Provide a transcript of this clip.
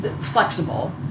flexible